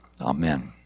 Amen